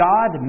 God